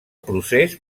procés